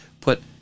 put